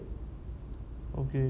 okay